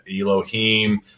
Elohim